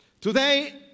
Today